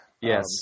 Yes